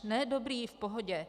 Ne, dobrý, v pohodě.